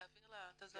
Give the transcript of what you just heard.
אתם יכולים לראות